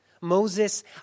Moses